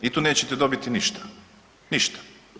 I tu nećete dobiti ništa, ništa.